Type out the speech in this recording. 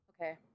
Okay